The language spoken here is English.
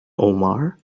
omar